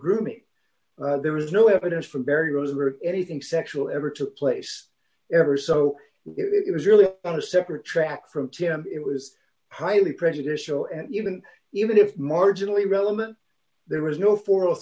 grooming there is no evidence from barry rosenberg anything sexual ever took place ever so it was really on a separate track from tim it was highly prejudicial and even even if marginally relevant there was no for